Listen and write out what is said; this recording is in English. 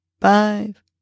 five